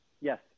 Yes